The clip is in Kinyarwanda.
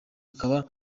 akaba